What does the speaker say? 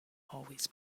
always